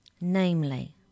Namely